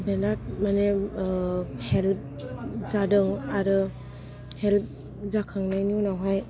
बिराथ माने हेल्प जादों आरो हेल्प जाखांनायनि उनावहाय